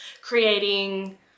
Creating